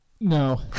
No